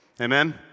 Amen